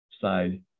side